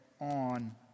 on